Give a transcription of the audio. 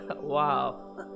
wow